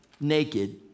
naked